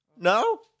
No